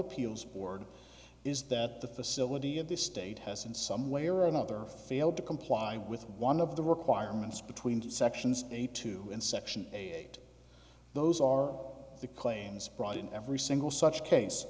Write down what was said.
appeals board is that the facility of this state has in some way or another failed to comply with one of the requirements between sections eighty two and section eight those are the claims brought in every single such case